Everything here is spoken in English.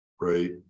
right